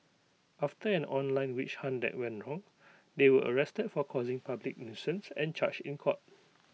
after an online witch hunt that went wrong they were arrested for causing public nuisance and charged in court